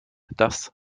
das